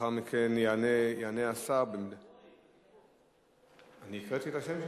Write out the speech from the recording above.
לאחר מכן יענה השר, אורי, אני פה.